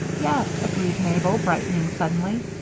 yes, agreed mabel, brightening suddenly.